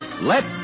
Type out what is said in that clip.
Let